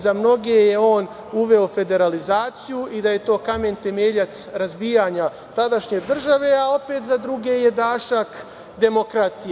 Za mnoge je on uveo federalizaciju i da je to kamen temeljac razbijanja tadašnje države, a opet, za druge je dašak demokratije.